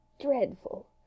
dreadful